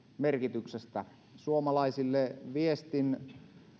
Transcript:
merkityksestä suomalaisille viestin